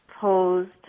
posed